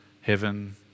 Heaven